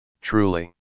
truly